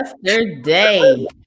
yesterday